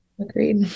Agreed